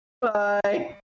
Bye